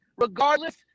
Regardless